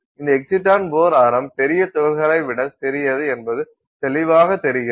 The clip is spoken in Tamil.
இந்த எக்ஸிடான் போர் ஆரம் பெரிய துகள்களை விட சிறியது என்பது தெளிவாக தெரிகிறது